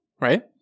Right